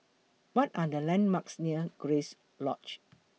What Are The landmarks near Grace Lodge